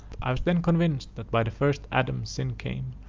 i was then convinced that by the first adam sin came,